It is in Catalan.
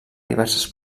diverses